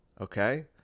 Okay